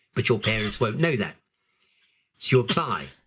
but your parents won't know that. so you apply,